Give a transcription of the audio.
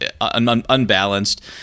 unbalanced